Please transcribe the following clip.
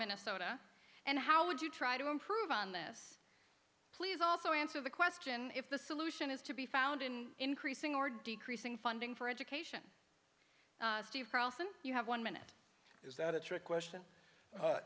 minnesota and how would you try to improve on this please also answer the question if the solution is to be found in increasing or decreasing funding for education you have one minute is that a trick question